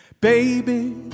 Baby